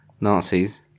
Nazis